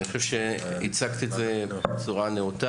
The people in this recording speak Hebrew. אני חושבת שהצגת את זה בצורה נאותה.